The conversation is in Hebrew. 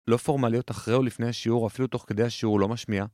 לא פורמליות אחרי או לפני השיעור, אפילו תוך כדי השיעור לא משמיע.